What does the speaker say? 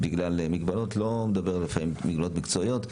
בגלל מגבלות לא מדבר על מגבלות מקצועיות,